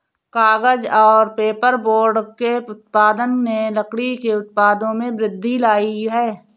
कागज़ और पेपरबोर्ड के उत्पादन ने लकड़ी के उत्पादों में वृद्धि लायी है